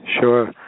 Sure